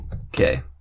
Okay